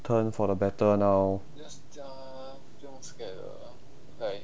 turn for the better now